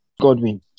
Godwin